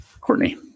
Courtney